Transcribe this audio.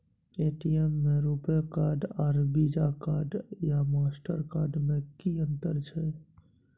ATM में RuPay card आर Visa card या मास्टर कार्ड में कि अतंर छै?